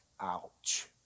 Ouch